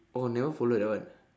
oh never follow that one